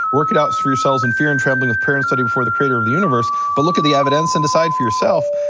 work it out for yourselves in fear and trembling with prayer and study before the creator of the universe, but look at the evidence and decide for yourself.